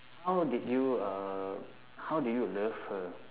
how did you err how did you love her